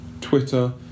Twitter